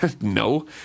no